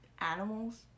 Animals